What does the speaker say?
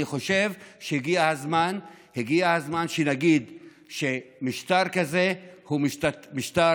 אני חושב שהגיע הזמן שנגיד שמשטר כזה הוא משטר